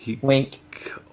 Wink